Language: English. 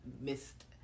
missed